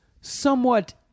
somewhat